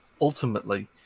ultimately